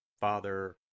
Father